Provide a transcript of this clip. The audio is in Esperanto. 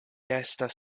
estas